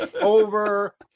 over